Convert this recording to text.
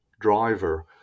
driver